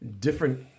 different